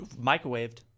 microwaved